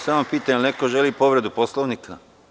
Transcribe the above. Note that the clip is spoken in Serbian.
Samo da pitam, da li neko želi povredu Poslovnika.